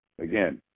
Again